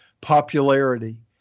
popularity